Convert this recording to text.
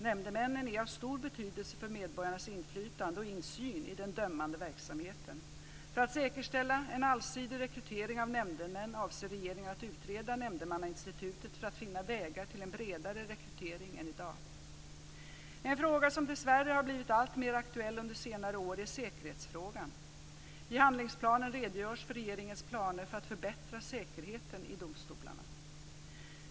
Nämndemännen är av stor betydelse för medborgarnas inflytande och insyn i den dömande verksamheten. För att säkerställa en allsidig rekrytering av nämndemän avser regeringen att utreda nämndemannainstitutet för att finna vägar till en bredare rekrytering än i dag. En fråga som dessvärre har blivit alltmer aktuell under senare år är säkerhetsfrågan. I handlingsplanen redogörs för regeringens planer för att förbättra säkerheten i domstolarna.